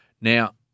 Now